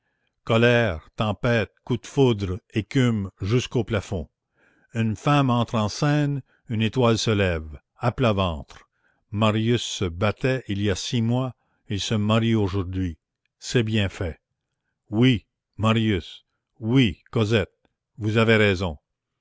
colère tempête coups de foudre écume jusqu'au plafond une femme entre en scène une étoile se lève à plat ventre marius se battait il y a six mois il se marie aujourd'hui c'est bien fait oui marius oui cosette vous avez raison